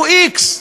הוא איקס.